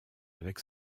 avec